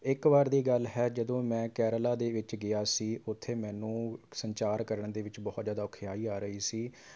ਇੱਕ ਵਾਰ ਦੀ ਗੱਲ ਹੈ ਜਦੋਂ ਮੈਂ ਕੇਰਲਾ ਦੇ ਵਿੱਚ ਗਿਆ ਸੀ ਉੱਥੇ ਮੈਨੂੰ ਸੰਚਾਰ ਕਰਨ ਦੇ ਵਿੱਚ ਬਹੁਤ ਜ਼ਿਆਦਾ ਔਖਿਆਈ ਆ ਰਹੀ ਸੀ